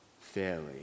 fairly